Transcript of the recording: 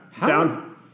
Down